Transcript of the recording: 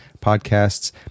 podcasts